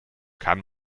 kann